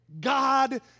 God